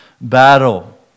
battle